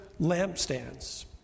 lampstands